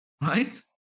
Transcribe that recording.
right